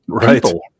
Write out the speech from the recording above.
people